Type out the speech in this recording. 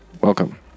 welcome